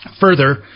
Further